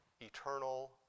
eternal